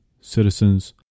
citizens